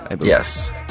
Yes